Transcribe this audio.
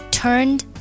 turned